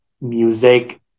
music